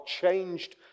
changed